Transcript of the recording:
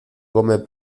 come